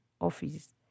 office